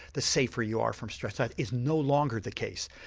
the safer you are from stress is no longer the case.